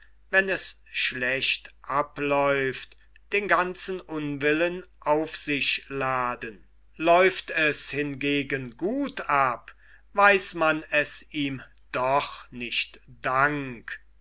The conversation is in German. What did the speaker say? wenn es schlecht abläuft den ganzen unwillen auf sich laden läuft es hingegen gut ab weiß man es ihm doch nicht dank